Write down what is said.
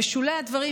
בשולי הדברים,